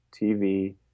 TV